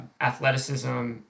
athleticism